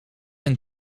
een